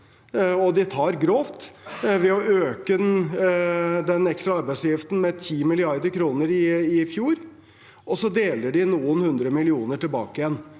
de tok grovt ved å øke den ekstra arbeidsgiveravgiften med 10 mrd. kr i fjor – og så deler de noen hundre millioner tilbake igjen